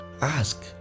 ask